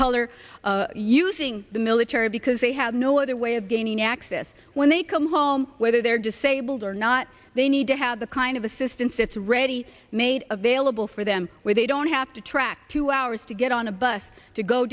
color using the military because they have no other way of gaining access when they come home whether they're disabled or not they need to have the kind of assistance that's ready made available for them where they don't have to track two hours to get on a bus to go